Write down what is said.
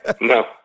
no